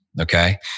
Okay